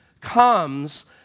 comes